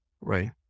Right